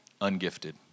ungifted